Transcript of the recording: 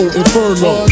inferno